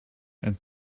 and